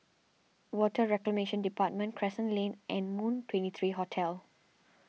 Water Reclamation Department Crescent Lane and Moon twenty three Hotel